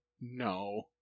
no